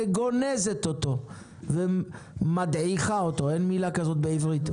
וגונזת אותו ומדעיכה אותו אין מילה כזאת בעברית,